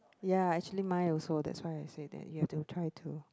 ya actually mine also that's why I say that you have to try to